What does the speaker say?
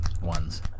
ones